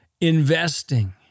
investing